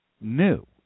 new